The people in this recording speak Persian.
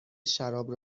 شراب